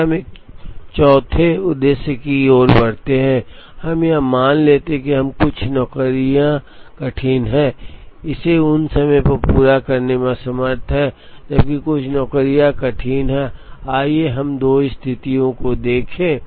फिर हम एक 4 वें उद्देश्य की ओर बढ़ते हैं अब हम यह मान लेते हैं कि हम कुछ नौकरियां कठिन हैं हम उन्हें समय पर पूरा करने में असमर्थ हैं जबकि कुछ नौकरियां कठिन हैं आइए हम दो स्थितियों को देखें